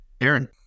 Aaron